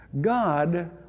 God